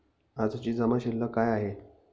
आजची जमा शिल्लक काय आहे?